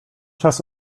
czas